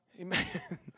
Amen